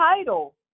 title